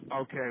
Okay